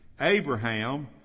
Abraham